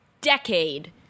decade